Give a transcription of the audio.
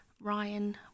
Ryan